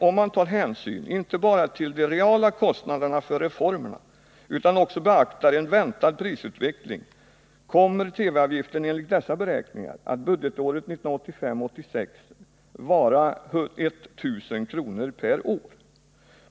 Om man tar hänsyn inte bara till de reala kostnaderna för reformerna utan också beaktar en väntad prisutveckling, kommer TV-avgiften enligt dessa beräkningar att budgetåret 1985/86 vara 1 000 kr. per år.